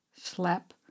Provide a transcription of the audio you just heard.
slap